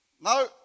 No